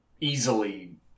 easily